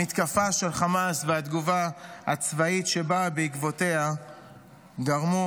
המתקפה של חמאס והתגובה הצבאית שבאה בעקבותיה גרמו